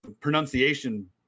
pronunciation